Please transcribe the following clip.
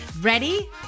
Ready